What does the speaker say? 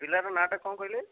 ପିଲାର ନାଁ'ଟା କ'ଣ କହିଲେ